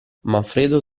manfredo